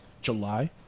July